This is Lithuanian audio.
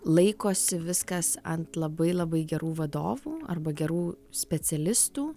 laikosi viskas ant labai labai gerų vadovų arba gerų specialistų